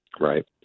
Right